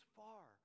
far